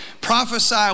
prophesy